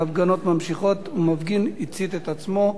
ההפגנות נמשכות ומפגין הצית את עצמו,